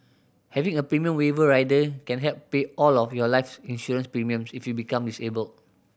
having a premium waiver rider can help pay all of your life insurance premiums if you become disabled